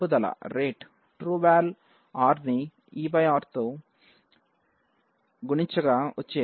trueVal rని e r t2తో గుణించగా వచ్చేది